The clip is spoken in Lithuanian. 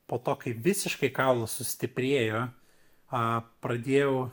po to kaip visiškai kaulas sustiprėjo a pradėjau